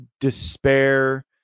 despair